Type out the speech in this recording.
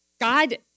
God